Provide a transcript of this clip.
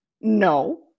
no